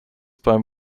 beim